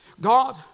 God